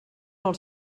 del